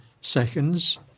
seconds